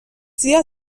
زیاد